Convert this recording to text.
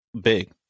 big